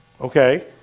Okay